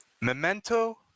Memento